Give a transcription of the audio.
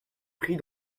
pris